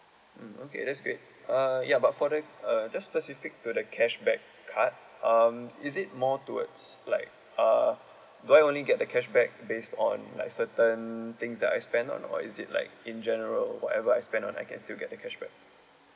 mm okay that's great uh ya but for the uh just specific to the cashback card um is it more towards like uh do I only get the cashback based on like certain things that I spend on or is it like in general whatever I spend on I can still get the cashback